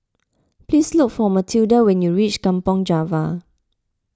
please look for Mathilda when you reach Kampong Java